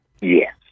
Yes